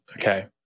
Okay